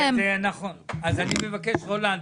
אז אני מבקש רולנד,